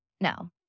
no